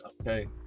Okay